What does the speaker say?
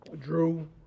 drew